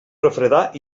refredar